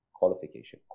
qualification